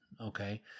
Okay